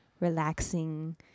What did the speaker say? relaxing